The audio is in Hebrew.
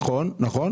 נכון.